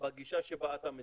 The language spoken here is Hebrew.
בגישה שאותה אתה מציע?